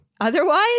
Otherwise